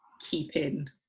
keeping